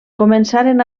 començaren